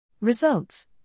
Results